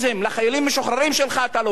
לחיילים המשוחררים שלך אתה לא בונה,